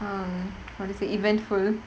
um how to say eventful